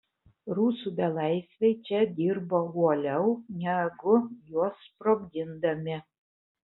rusų belaisviai čia dirbo uoliau negu juos sprogdindami